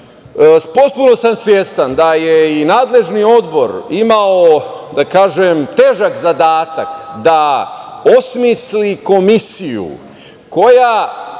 Potpuno sam svestan da je i nadležni Odbor imao težak zadatak da osmisli komisiju koja